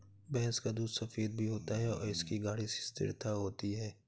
भैंस का दूध सफेद भी होता है और इसकी गाढ़ी स्थिरता होती है